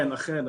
אכן.